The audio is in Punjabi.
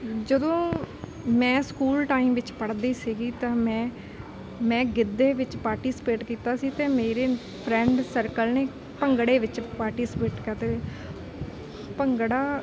ਜਦੋਂ ਮੈਂ ਸਕੂਲ ਟਾਈਮ ਵਿੱਚ ਪੜ੍ਹਦੀ ਸੀਗੀ ਤਾਂ ਮੈਂ ਮੈਂ ਗਿੱਧੇ ਵਿੱਚ ਪਾਰਟੀਸਪੇਟ ਕੀਤਾ ਸੀ ਅਤੇ ਮੇਰੇ ਫਰੈਂਡ ਸਰਕਲ ਨੇ ਭੰਗੜੇ ਵਿੱਚ ਪਾਰਟੀਸਪੇਟ ਕਰਦੇ ਭੰਗੜਾ